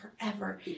forever